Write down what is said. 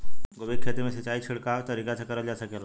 गोभी के खेती में सिचाई छिड़काव तरीका से क़रल जा सकेला?